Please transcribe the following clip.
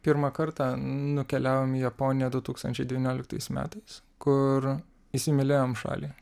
pirmą kartą nukeliavom į japoniją du tūkstančiai devynioliktais metais kur įsimylėjom šalį